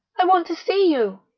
i want to see you.